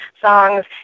songs